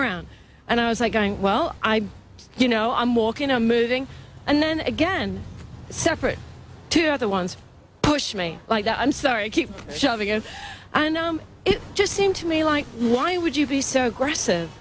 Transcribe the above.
around and i was like well you know i'm walking i'm moving and then again separate two other ones push me like i'm sorry keep shoving it and it just seemed to me like why would you be so aggressive